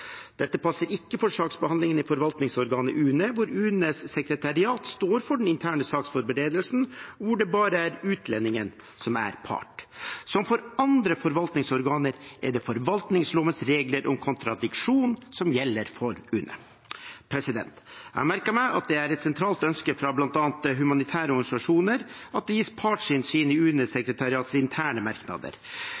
Dette passer ikke for saksbehandlingen i forvaltningsorganet UNE, hvor UNEs sekretariat står for den interne saksforberedelsen, og hvor det bare er utlendingen som er part. Som for andre forvaltningsorganer er det forvaltningslovens regler om kontradiksjon som gjelder for UNE. Jeg har merket meg at det er et sentralt ønske fra bl.a. humanitære organisasjoner at det gis partsinnsyn i